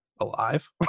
alive